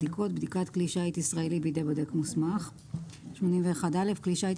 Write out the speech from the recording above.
81.בדיקת כלי שיט ישראלי בידי בודק מוסמך כלי שיט